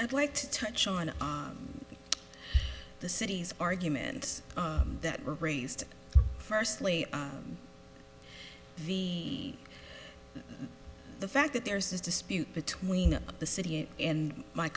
i'd like to touch on the city's arguments that were raised firstly the the fact that there's this dispute between the city and my